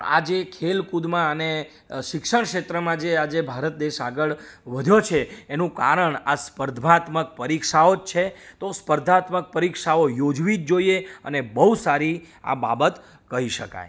આજે ખેલકૂદમાં અને શિક્ષણક્ષેત્રમાં જે આજે ભારત દેશ આગળ વધ્યો છે એનું કારણ આ સ્પર્ધાત્મક પરીક્ષાઓ જ છે તો સ્પર્ધાત્મક પરીક્ષાઓ યોજવી જ જોઈએ અને બહુ સારી આ બાબત કહી શકાય